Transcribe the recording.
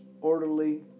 orderly